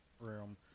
room